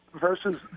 versus